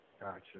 Gotcha